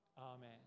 Amen